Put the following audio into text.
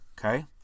okay